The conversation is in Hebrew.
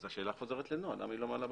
אז השאלה חוזרת לנועה, למה היא לא מעלה בקשות.